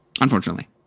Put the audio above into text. Unfortunately